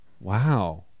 Wow